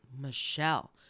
Michelle